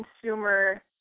consumer